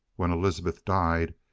when elizabeth died,